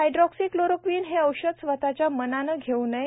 hydroxy chloro queen हे औषध स्वतःच्या मनाने घेऽ नये